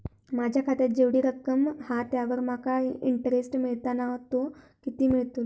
माझ्या खात्यात जेवढी रक्कम हा त्यावर माका तो इंटरेस्ट मिळता ना तो किती मिळतलो?